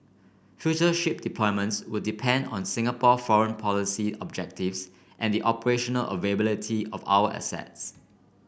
future ship deployments would depend on Singapore foreign policy objectives and the operational availability of our assets